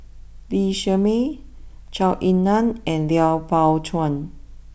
Lee Shermay Zhou Ying Nan and Lui Pao Chuen